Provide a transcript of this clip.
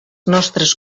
nostres